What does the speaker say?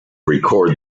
record